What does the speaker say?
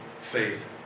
faith